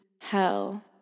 Hell